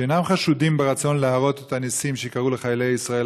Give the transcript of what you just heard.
שאינם חשודים ברצון להראות את הניסים שקרו לחיילי ישראל,